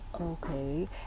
Okay